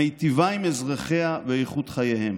המיטיבה עם אזרחיה ואיכות חייהם.